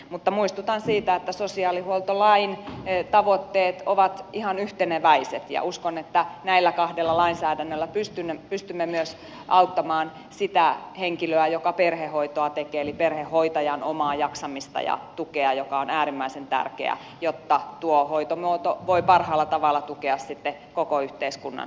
mutta muistutan siitä että sosiaalihuoltolain tavoitteet ovat ihan yhteneväiset ja uskon että näillä kahdella lainsäädännöllä pystymme myös auttamaan sen henkilön joka perhehoitoa tekee eli perhehoitajan omaa jaksamista ja tukea mikä on äärimmäisen tärkeää jotta tuo hoitomuoto voi sitten parhaalla tavalla tukea koko yhteiskunnan